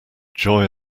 joy